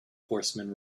horseman